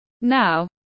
Now